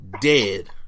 dead